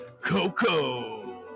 Coco